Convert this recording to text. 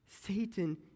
Satan